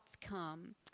come